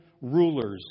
rulers